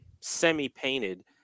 semi-painted